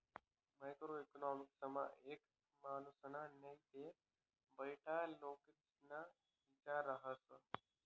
macro इकॉनॉमिक्समा एक मानुसना नै ते बठ्ठा लोकेस्ना इचार रहास